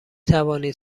توانید